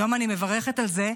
היום אני מברכת על זה,